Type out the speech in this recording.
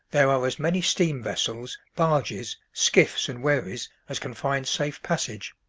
there are as many steam-vessels, barges, skiffs, and wherries as can find safe passage.